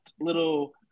little